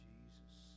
Jesus